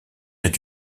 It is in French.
est